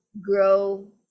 grow